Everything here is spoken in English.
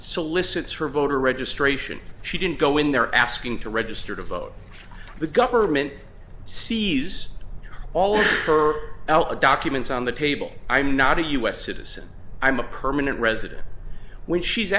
solicits for voter registration she didn't go in there asking to register to vote the government sees all her ella documents on the table i'm not a u s citizen i'm a permanent resident when she's